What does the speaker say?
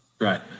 Right